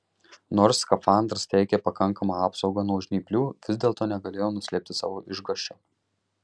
nors skafandras teikė pakankamą apsaugą nuo žnyplių vis dėlto negalėjau nuslėpti savo išgąsčio